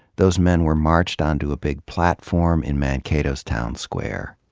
those men were marched onto a big platform in mankato's town square.